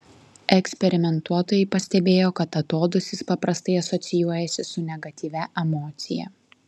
eksperimentuotojai pastebėjo kad atodūsis paprastai asocijuojasi su negatyvia emocija